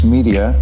Media